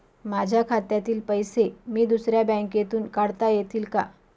माझ्या खात्यातील पैसे मी दुसऱ्या बँकेतून काढता येतील का?